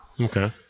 Okay